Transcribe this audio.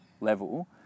level